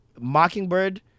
mockingbird